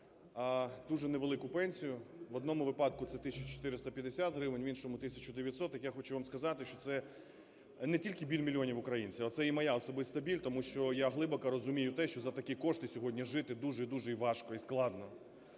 дуже невелику пенсію. В одному випадку – це 1 тисяча 450 гривень, в іншому – 1 тисяча 900. Так я хочу вам сказати, що це не тільки біль мільйонів українців, а це й мій особистий біль. Тому що я глибоко розумію те, що за такі кошти сьогодні жити дуже і дуже важко і складно.